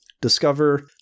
Discover